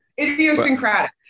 idiosyncratic